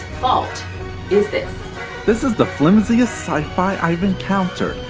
fault is this? this is the flimsiest sci-fi i've encountered.